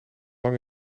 lang